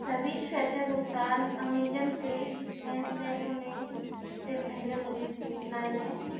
सभी स्वतः भुगतान अमेज़न पे में सेट होने से पहले मुझे सूचनाएँ दें